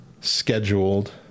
scheduled